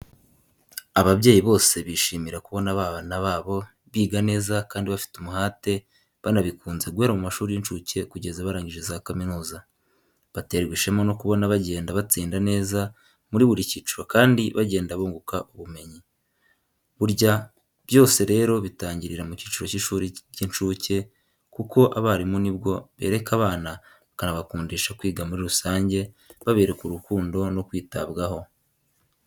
Ababyeyi bose bishimira kubona abana babo biga neza kandi bafite umuhate banabikunze guhera mu mashuri y'incuke kugeza barangije za kaminuza, baterwa ishema no kubona bagenda batsinda neza muri buri cyiciro kandi bagenda bunguka ubumenyi. Burya byose rero bitangirira mu cyiciro cy'ishuri ry'incuke kuko abarimu ni bwo bereka abana bakanabakundisha kwiga muri rusange babereka urukundo no kwitabwaho.